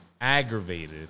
aggravated